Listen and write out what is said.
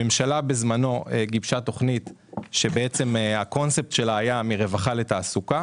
הממשלה גיבשה בזמנו תכנית שהקונספט שלה היה לעבור מרווחה לתעסוקה